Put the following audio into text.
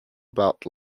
about